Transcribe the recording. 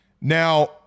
Now